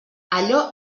allò